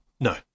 No